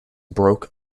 broke